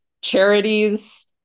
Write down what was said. charities